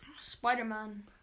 spider-man